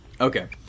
Okay